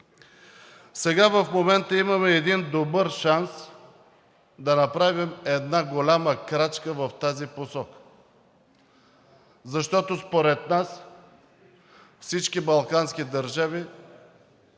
Сега в момента имаме един добър шанс да направим една голяма крачка в тази посока, защото според нас всички балкански държави